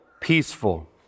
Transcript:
peaceful